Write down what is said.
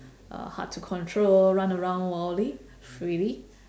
uh hard to control run around wildly freely